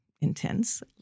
intense